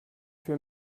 für